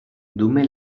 dume